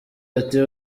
ati